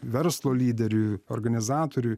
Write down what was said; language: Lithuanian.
verslo lyderiui organizatoriui